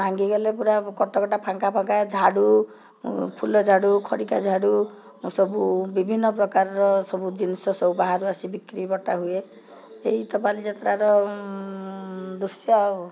ଭାଙ୍ଗିଗଲେ ପୁରା କଟକଟା ଫାଙ୍କା ଫାଙ୍କା ଝାଡ଼ୁ ଫୁଲ ଝାଡ଼ୁ ଖଡ଼ିକା ଝାଡ଼ୁ ସବୁ ବିଭିନ୍ନ ପ୍ରକାରର ସବୁ ଜିନଷ ସବୁ ବାହାରୁ ଆସି ବିକ୍ରି ବଟା ହୁଏ ଏଇତ ବାଲିଯାତ୍ରାର ଦୃଶ୍ୟ ଆଉ